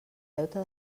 deute